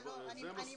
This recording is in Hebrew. על זה מסכימים.